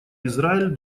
израиль